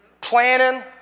planning